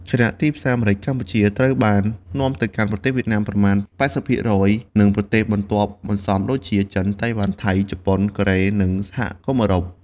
ខណៈទីផ្សារម្រេចកម្ពុជាត្រូវបាននាំទៅកាន់ប្រទេសវៀតណាមប្រមាណ ៨០ ភាគរយ និងប្រទេសបន្ទាប់បន្សំដូចជា ចិន តៃវ៉ាន់ ថៃ ជប៉ុន កូរ៉េ និងសហគមន៍អឺរ៉ុប។